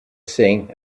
sing